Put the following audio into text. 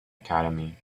academy